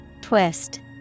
Twist